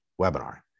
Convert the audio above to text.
webinar